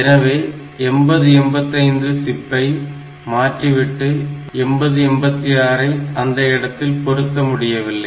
எனவே 8085 சிப்பை மாற்றிவிட்டு 8086 ஐ அந்த இடத்தில் பொருத்த முடியவில்லை